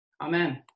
Amen